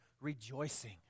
rejoicing